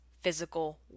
physical